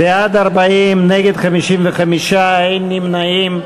בעד הסתייגות 89, 37, נגד, 53, אין נמנעים.